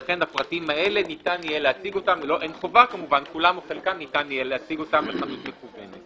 לכן הפריטים האלה כולם או חלקם - ניתן יהיה להציג אותם בחנות מקוונת